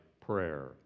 prayer